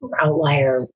outlier